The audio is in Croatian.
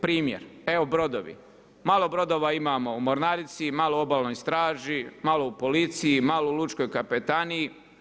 Primjer, evo brodovi, malo brodova imamo u mornarici, malo u obalnoj straži, malo u policiji, malo u lučkoj kapetaniji.